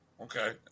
Okay